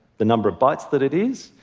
the number of bytes that it is,